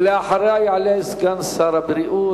ואחריה יעלה סגן שר הבריאות,